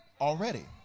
already